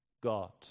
God